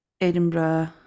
Edinburgh